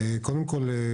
קודם כל,